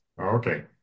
Okay